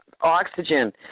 Oxygen